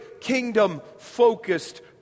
kingdom-focused